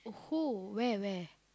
who where where